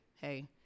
hey